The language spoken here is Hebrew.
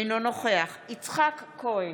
אינו נוכח יצחק כהן,